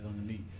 underneath